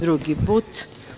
Drugi put.